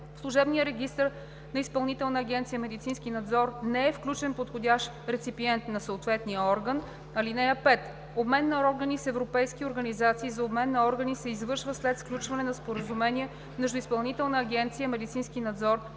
агенция „Медицински надзор“ не е включен подходящ реципиент на съответния орган. (5) Обмен на органи с европейски организации за обмен на органи се извършва след сключване на споразумение между Изпълнителна